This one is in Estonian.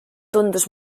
tundus